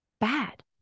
bad